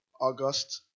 August